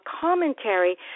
commentary